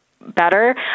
better